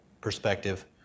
perspective